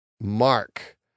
mark